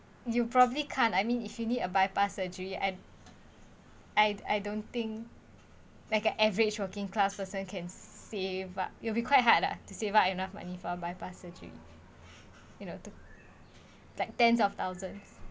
you probably can't I mean if you need a bypass surgery I I I don't think like an average working class person can save up you'll be quite hard lah to save up enough money for a bypass surgery you know to like tens of thousands